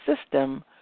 system